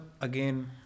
again